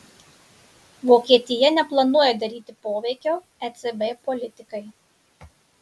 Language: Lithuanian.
vokietija neplanuoja daryti poveikio ecb politikai